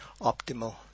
optimal